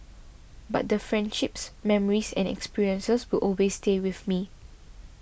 but the friendships memories and experiences will always stay with me